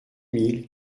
mille